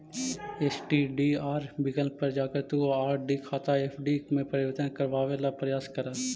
STDR विकल्प पर जाकर तुम आर.डी खाता एफ.डी में परिवर्तित करवावे ला प्रायस करा